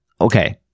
okay